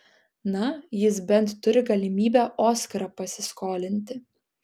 na jis bent turi galimybę oskarą pasiskolinti